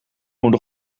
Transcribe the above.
moet